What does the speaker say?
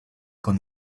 con